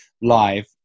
live